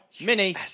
Mini